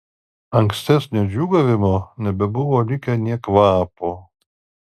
ankstesnio džiūgavimo nebebuvo likę nė kvapo